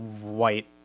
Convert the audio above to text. white